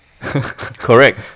Correct